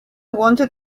wanted